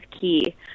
key